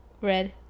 Red